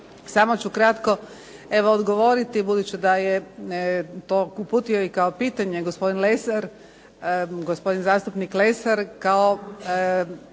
Samo ću kratko evo odgovoriti budući da je to uputio kao pitanje gospodin Lesar, gospodin zastupnik Lesar kao